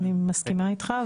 אני מסכימה איתך,